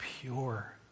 pure